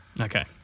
Okay